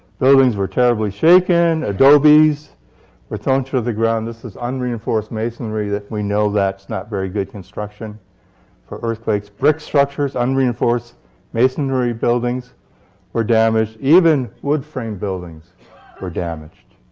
buildings were terribly shaken, adobes were thrown to the ground. this is unreinforced masonry that we know that's not very good construction for earthquakes. brick structures, unreinforced masonry buildings were damaged. even wood-frame buildings were damaged.